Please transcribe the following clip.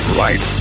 right